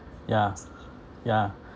yeah yeah